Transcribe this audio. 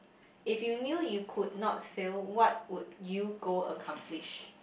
if you knew you could not fail what would you go accomplish